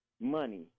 money